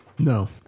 No